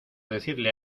decirle